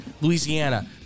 Louisiana